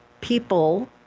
people